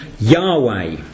Yahweh